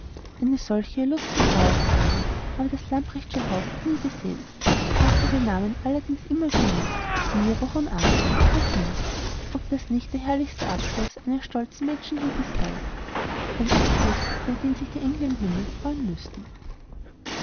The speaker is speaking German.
eine solche illustre trauerversammlung habe das lamprechtsche haus noch nie gesehen geachtete namen allerdings immer genug nie aber hohen adel noch nie ob das nicht der herrlichste abschluß eines stolzen menschenlebens sei ein abschluß über den sich die engel im himmel freuen müßten